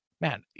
man